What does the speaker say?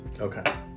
Okay